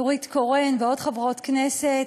נורית קורן ועוד חברות כנסת,